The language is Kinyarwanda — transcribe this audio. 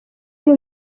uri